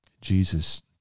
Jesus